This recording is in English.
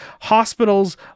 hospitals